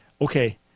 Okay